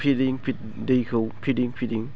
फिदिं दैखौ फिदिं फिदिं